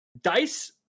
Dice